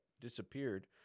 disappeared